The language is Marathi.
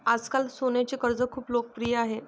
आजकाल सोन्याचे कर्ज खूप लोकप्रिय आहे